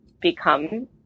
become